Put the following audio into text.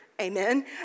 Amen